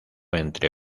entre